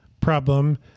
problem